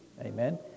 Amen